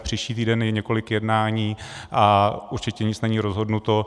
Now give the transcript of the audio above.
Příští týden je několik jednání a určitě nic není rozhodnuto.